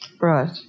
Right